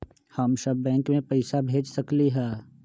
हम सब बैंक में पैसा भेज सकली ह?